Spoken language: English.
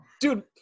Dude